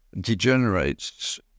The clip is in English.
degenerates